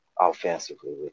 offensively